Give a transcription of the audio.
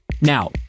Now